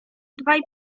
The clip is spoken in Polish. dwaj